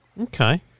Okay